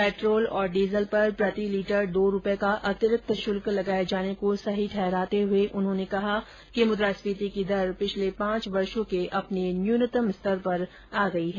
petrol और diesel पर प्रति लीटर दो रूपये का अतिरिक्त शुल्क लगाये जाने को सही ठहराते हुए उन्होंने कहा कि मुद्रास्फीति की दर पिछले पांच वर्षों के अपने न्यूनतम स्तर पर आ गई है